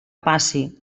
passi